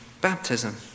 baptism